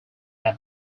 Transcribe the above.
had